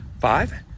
five